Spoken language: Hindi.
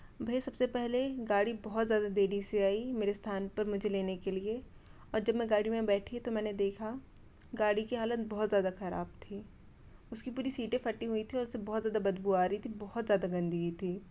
भय्या सब से पहले गाड़ी बहुत ज़्यादा देरी से आई मेरे स्थान पर मुझे लेने के लिए और जब मैं गाड़ी में बैठी तो मैंने देखा गाड़ी की हालत बहुत ज़्यादा ख़राब थी उसकी पूरी सीटें फटी हुई थी और उस में से बहुत ज़्यादा बदबू आ रही थी बहुत ज़्यादा गंदगी थी